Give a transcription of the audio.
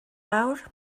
lawr